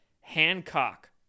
Hancock